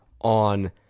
on